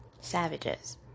savages